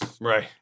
Right